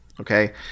Okay